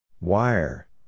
Wire